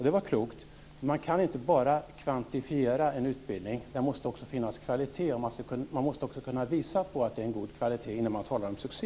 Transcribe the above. Det var klokt, för man kan inte bara kvantifiera en utbildning, utan man måste också kunna visa på att den är av god kvalitet innan man talar om en succé.